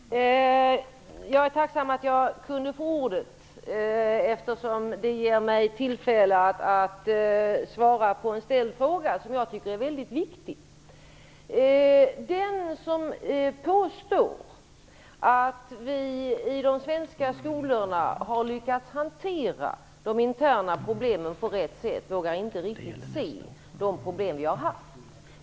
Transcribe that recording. Herr talman! Jag är tacksam att jag kunde få ordet, eftersom det ger mig tillfälle att bemöta en fråga som jag tycker är väldigt viktig. Den som påstår att vi i de svenska skolorna har lyckats hantera de interna problemen på rätt sätt vågar inte riktigt se de problem som vi har haft.